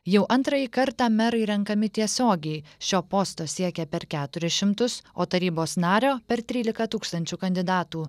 jau antrąjį kartą merai renkami tiesiogiai šio posto siekia per keturis šimtus o tarybos nario per trylika tūkstančių kandidatų